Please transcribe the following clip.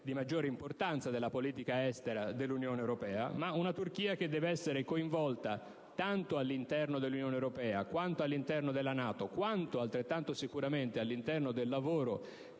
di maggiore importanza in tema di politica estera comunitaria; ma è una Turchia che deve essere coinvolta tanto all'interno della Unione europea quanto all'interno della NATO e quanto, altrettanto sicuramente, all'interno del lavoro